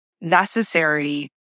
necessary